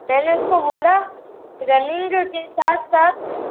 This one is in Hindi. मैंने उसको बोला रनिंग के साथ साथ